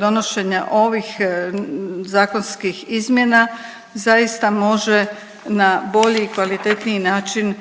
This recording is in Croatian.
donošenja ovih zakonskih izmjena zaista može na bolji i kvalitetniji način